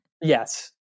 Yes